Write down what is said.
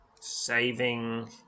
Saving